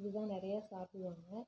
இதுதான் நிறையா சாப்பிடுவாங்க